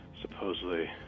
Supposedly